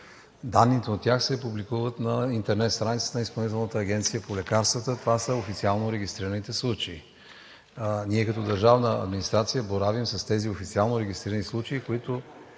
Данните от тях се публикуват на интернет страницата на Изпълнителната агенция по лекарствата. Това са официално регистрираните случаи. Ние като държавна администрация боравим с тези официално регистрирани случаи, които